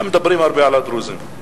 מדברים הרבה על הדרוזים.